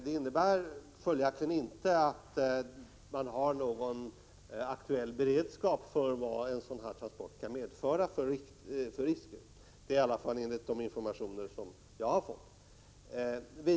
Det innebär följaktligen inte att man har någon aktuell beredskap för de risker en sådan transport kan medföra, i varje fall inte enligt de informationer som jag har fått.